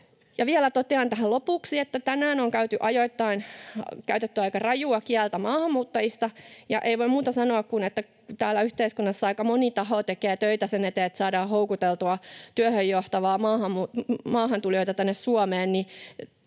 Vielä totean tähän lopuksi, että tänään on ajoittain käytetty aika rajua kieltä maahanmuuttajista, ja ei voi muuta sanoa kuin että täällä yhteiskunnassa aika moni taho tekee töitä sen eteen, että saadaan houkuteltua maahantulijoita työhön tänne Suomeen,